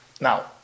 Now